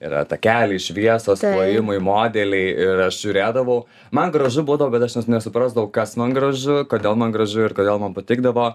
yra takeliai šviesos ėjimai modeliai ir aš žiūrėdavau man gražu būdavo bet aš vis nesuprasdavau kas man gražu kodėl man gražu ir kodėl man patikdavo